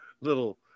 Little